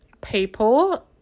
people